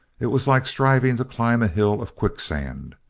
it was like striving to climb a hill of quicksand.